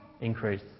increase